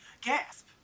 Gasp